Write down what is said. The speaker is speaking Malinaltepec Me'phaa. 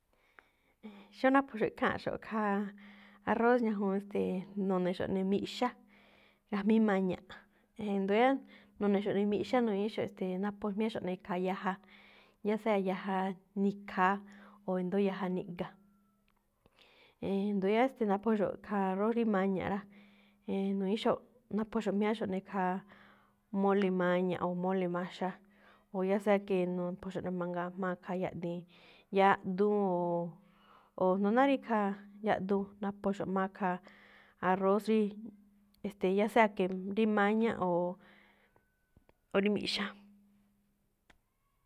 Xóo naphoxo̱ꞌ kháanxo̱ꞌ, khaa arroz ñajuun, e̱ste̱e̱, no̱ne̱xo̱ꞌ ne̱ miꞌxá gajmíí maña̱ꞌ. E̱ndo̱ yáá, nu̱ne̱xo̱ꞌ ne̱ miꞌxá, nu̱ñi̱íxo̱ꞌ, e̱ste̱e̱, napho jmiáxo̱ꞌ ne̱ khaa yaja, ya sea yaja nikhaa, o e̱ndo̱ó yaja niꞌga̱. E̱ndo̱ yáá naphoxo̱ꞌ, e̱ste̱, khaa arroz rí maña̱ꞌ rá, e̱e̱n nu̱ñi̱íxo̱ꞌ naphoxo̱ꞌ jmiáxo̱ꞌ ne̱ khaa mole maña̱ꞌ o mole maxa. O ya sea que, nuphuxo̱ꞌ ne̱ mangaa jma̱á khaa yaꞌdiin, yaꞌduun ooo, oo jndo náá rí ikhaa yaꞌduun naphoxo̱ꞌ jma̱á khaa arroz rí, e̱ste̱e̱, ya sea que rí maña̱ꞌ o rí miꞌxá.